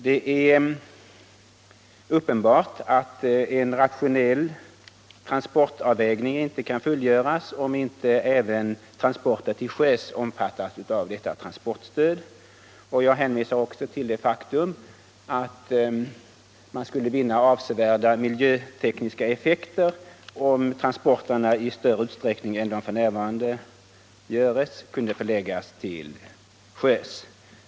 Det är uppenbart att en rationell transportavvägning inte kan fullgöras med mindre än att även transporter till sjöss omfattas av detta transportstöd, och jag hänvisar också till det faktum att man skulle vinna avsevärda miljötekniska effekter om transporterna i större utsträckning än som f. n. sker kunde förläggas till sjöss.